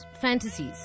fantasies